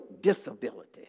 disability